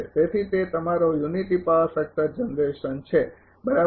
તેથી તે તમારો યુનિટી પાવર ફેક્ટર જનરેશન છે બરાબર